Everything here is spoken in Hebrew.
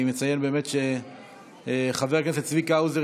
אני מציין באמת שחבר הכנסת צביקה האוזר